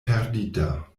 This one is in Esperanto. perdita